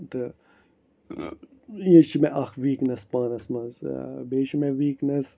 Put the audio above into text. تہٕ یہِ چھُ مےٚ اَکھ ویٖکنٮ۪س پانَس منٛز بیٚیہِ چھُ مےٚ ویٖکنٮ۪س